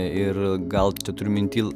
ir gal čia turiu minty